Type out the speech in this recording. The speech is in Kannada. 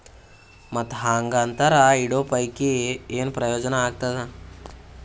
ಮತ್ತ್ ಹಾಂಗಾ ಅಂತರ ಇಡೋ ಪೈಕಿ, ಏನ್ ಪ್ರಯೋಜನ ಆಗ್ತಾದ?